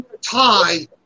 tie